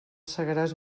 segaràs